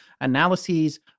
analyses